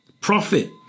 profit